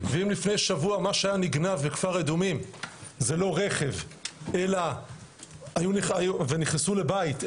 ואם לפני שבוע מה שהיה נגנב מכפר אדומים זה לא רכב ונכנסו לבית,